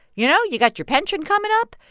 you know, you got your pension coming up.